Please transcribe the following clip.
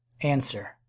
Answer